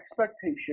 expectation